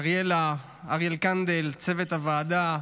אריאלה, אריאל קנדל, לצוות הוועדה,